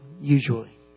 usually